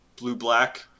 Blue-Black